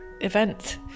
event